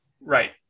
right